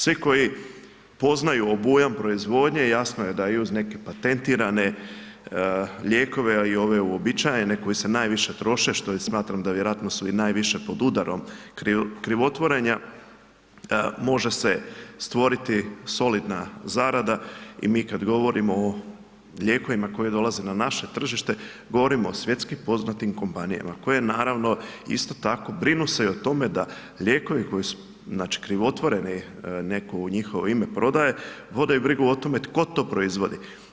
Svi koji poznaju obujam proizvodnje, jasno je da i uz neke patentirane lijekove, a i ove uobičajene koji se najviše troše, što smatram da su vjerojatno su i pod najviše pod udarom krivotvorenja, može se stvoriti solidna zarada i mi kad govorimo o lijekovima koji dolaze na naše tržište, govorimo o svjetski poznatim kompanijama, koje naravno, isto tako brinu se i o tome da lijekovi koji su, znači krivotvoreni neko u njihovo ime prodaje, vode brigu o tome tko to proizvodi.